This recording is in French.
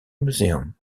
museum